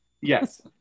Yes